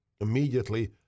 Immediately